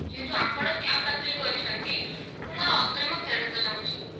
ଯେହେତୁ ଆପଣ କ୍ୟାବ୍ ବାତିଲ୍ କରିଛନ୍ତି ମୁଁ ମୋର ଅଗ୍ରୀମ ଫେରସ୍ତ ଚାହୁଁଛି